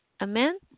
Amen